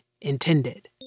intended